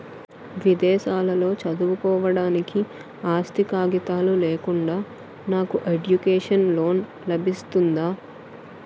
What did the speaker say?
విదేశాలలో చదువుకోవడానికి ఆస్తి కాగితాలు లేకుండా నాకు ఎడ్యుకేషన్ లోన్ లబిస్తుందా?